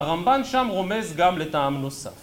הרמב"ן שם רומז גם לטעם נוסף